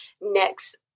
next